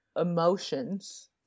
emotions